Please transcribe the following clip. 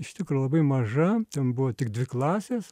iš tikro labai maža ten buvo tik dvi klasės